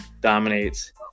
dominates